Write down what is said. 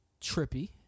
trippy